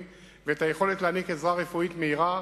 ואת היכולת להעניק עזרה רפואית מהירה